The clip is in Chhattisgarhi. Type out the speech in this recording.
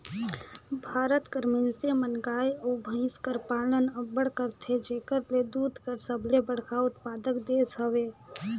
भारत कर मइनसे मन गाय अउ भंइस कर पालन अब्बड़ करथे जेकर ले दूद कर सबले बड़खा उत्पादक देस हवे